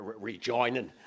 rejoining